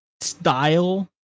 style